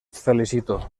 felicito